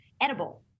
edible